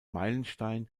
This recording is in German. meilenstein